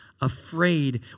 afraid